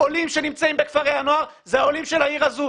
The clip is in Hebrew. עולים שנמצאים בכפרי הנוער הם עולים של העיר הזו.